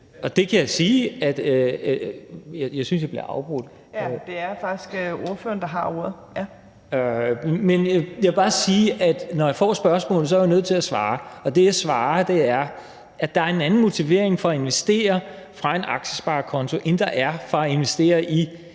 jeg bliver afbrudt. (Fjerde næstformand (Trine Torp): Ja, det er faktisk ordføreren, der har ordet). Jeg vil bare sige, at når jeg får spørgsmålet, er jeg nødt til at svare, og det, jeg svarer, er, at der er en anden motivering for at investere fra en aktiesparekonto, end der er for at investere i